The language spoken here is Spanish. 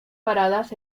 paradas